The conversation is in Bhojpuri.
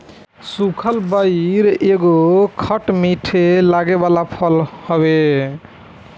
सुखल बइर एगो खट मीठ लागे वाला फल हवे